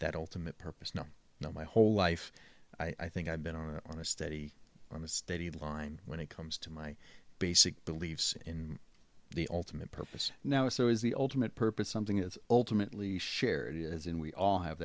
that ultimate purpose no no my whole life i think i've been on a on a steady steady line when it comes to my basic beliefs in the ultimate purpose now is so is the ultimate purpose something is ultimately shared as in we all have